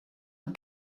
een